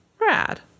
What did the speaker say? Rad